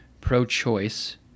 pro-choice